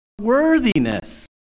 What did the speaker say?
worthiness